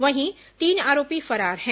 वहीं तीन आरोपी फरार हैं